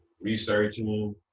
researching